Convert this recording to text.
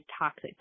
toxic